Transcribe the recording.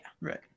Right